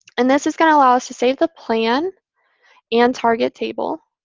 and this is going to allow us to save the plan and target table.